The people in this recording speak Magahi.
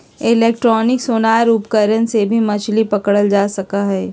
इलेक्ट्रॉनिक सोनार उपकरण से भी मछली पकड़ल जा सका हई